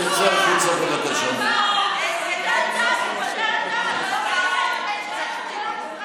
אני מזמין את ראש הממשלה בנימין נתניהו להתייחס לדברים.